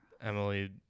Emily